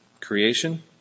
creation